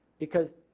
because